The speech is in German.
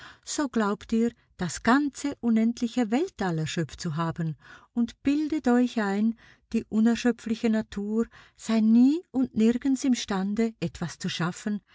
so glaubt ihr das ganze unendliche weltall erschöpft zu haben und bildet euch ein die unerschöpfliche natur sei nie und nirgends imstande etwas zu schaffen